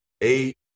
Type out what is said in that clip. eight